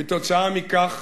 כתוצאה מכך